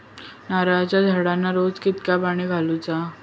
नारळाचा झाडांना रोज कितक्या पाणी घालुचा?